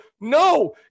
No